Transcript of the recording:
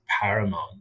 paramount